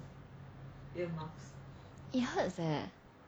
it hurts leh